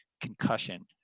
concussion